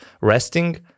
resting